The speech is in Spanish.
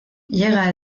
llega